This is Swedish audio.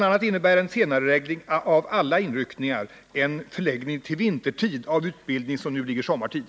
a. innebär en senareläggning av alla inryckningar en förläggning till vintertid av utbildning som nu ligger på sommartid.